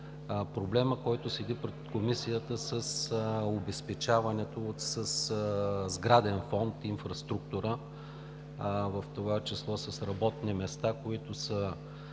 проблемът, който седи пред Комисията с обезпечаването със сграден фонд, инфраструктура, в това число с работни места, които